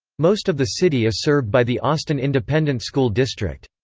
most of the city is served by the austin independent school district.